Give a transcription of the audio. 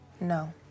No